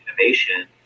innovation